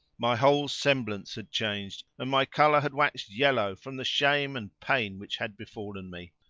my whole semblance had changed, and my colour had waxed yellow from the shame and pain which had befallen me.